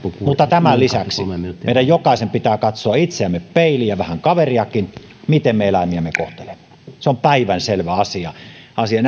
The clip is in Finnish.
mutta tämän lisäksi meidän jokaisen pitää katsoa itseämme peiliin ja vähän kaveriakin siinä miten me eläimiämme kohtelemme se on päivänselvä asia asia